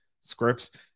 scripts